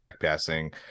passing